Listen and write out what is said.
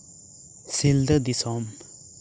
ᱥᱤᱞᱫᱟᱹ ᱫᱤᱥᱚᱢ